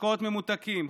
משקאות ממותקים,